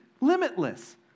limitless